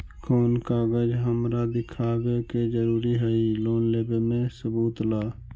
कौन कागज हमरा दिखावे के जरूरी हई लोन लेवे में सबूत ला?